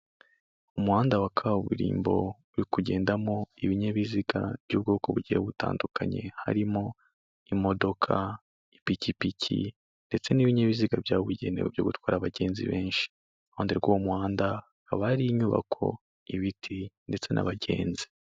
Umuhanda wa kaburimbo, uri kugendamo ibinyabiziga by'ubwoko bugiye butandukanye, harimo imodoka, ipikipiki ndetse n'ibinyabiziga byabugenewe byo gutwara abagenzi benshi. Iruhande rw'uwo muhanda, haba hari inyubako, ibiti ndetse n'abagenzi.